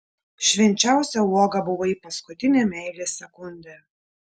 švenčiausia uoga buvai paskutinę meilės sekundę